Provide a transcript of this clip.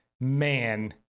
Man